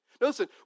Listen